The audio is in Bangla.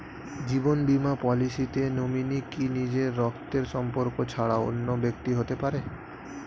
জীবন বীমা পলিসিতে নমিনি কি নিজের রক্তের সম্পর্ক ছাড়া অন্য ব্যক্তি হতে পারে?